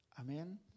Amen